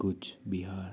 Cooch Behar